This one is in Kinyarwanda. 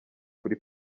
kuri